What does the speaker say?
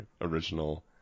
original